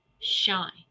shine